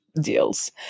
deals